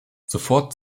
sofort